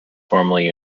formerly